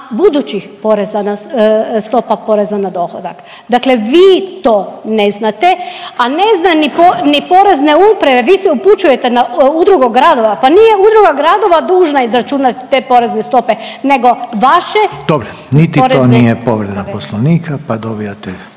na, stopa poreza na dohodak. Dakle vi to ne znate, a ne znaju ni Porezne uprave, vi se upućujete na Udrugu gradova, pa nije Udruga gradova dužna izračunat te porezne stope nego vaše…/Dobro, niti to nije povreda poslovnika…/… …/Govornik